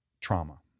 trauma